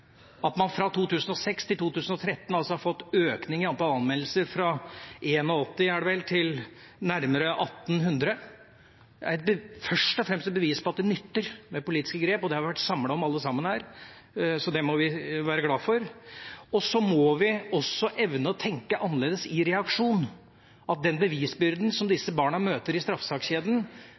at man fra 2006 til 2013 har fått en økning i antall anmeldelser fra 81 – er det vel – til nærmere 1 800. Det er først og fremst et bevis på at det nytter med politiske grep, og vi har vært samlet om dette alle sammen her, så det må vi være glade for. Så må vi også evne å tenke annerledes i reaksjon, at den bevisbyrden disse barna møter i